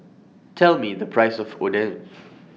Tell Me The Price of Oden